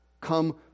come